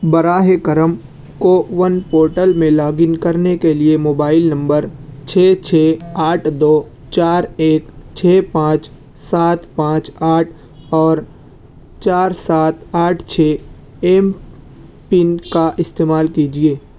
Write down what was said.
براہ کرم کوون پورٹل میں لاگن کرنے کے لیے موبائل نمبر چھ چھ آٹھ دو چار ایک چھ پانچ سات پانچ آٹھ اور چار سات آٹھ چھ ایم پن کا استعمال کیجیے